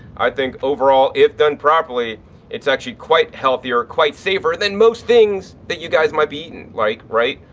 i think overall if done properly it's actually quite healthier, quite safer than most things that you guys might be eating like right,